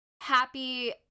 happy